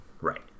Right